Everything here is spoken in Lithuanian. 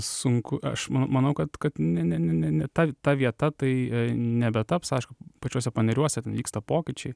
sunku aš manau kad kad ne ne ne tai ta vieta tai nebetaps aišku pačiuose paneriuose te vyksta pokyčiai